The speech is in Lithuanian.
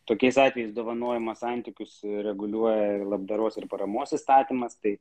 tokiais atvejais dovanojimo santykius reguliuoja ir labdaros ir paramos įstatymas tai